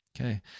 Okay